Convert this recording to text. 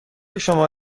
شما